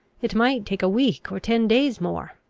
it might take a week or ten days more.